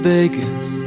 Vegas